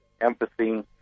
empathy